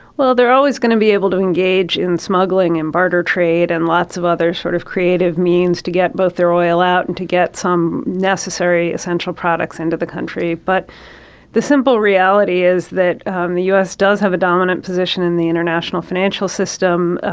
well, they're always going to be able to engage in smuggling and barter trade and lots of other sort of creative means to get both their oil out and to get some necessary, essential products into the country. but the simple reality is that um the u s. does have a dominant position in the international financial system.